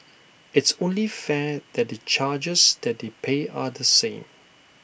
IT is only fair that the charges that they pay are the same